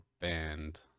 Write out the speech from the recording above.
band